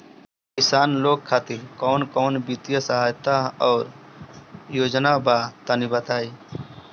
किसान लोग खातिर कवन कवन वित्तीय सहायता और योजना बा तनि बताई?